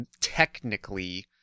technically